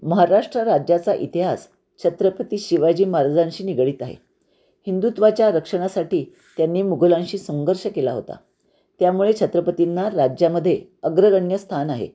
महाराष्ट्र राज्याचा इतिहास छत्रपती शिवाजी महाराजांशी निगडित आहे हिंदुत्वाच्या रक्षणासाठी त्यांनी मुघलांशी संघर्ष केला होता त्यामुळे छत्रपतींना राज्यामध्ये अग्रगण्य स्थान आहे